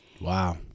Wow